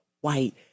white